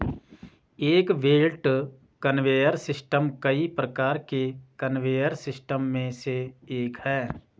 एक belt conveyor system कई प्रकार के कन्वेयर सिस्टम में से एक है